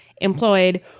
employed